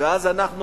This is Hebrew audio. ואז אנחנו אומרים,